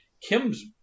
Kim's